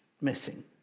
missing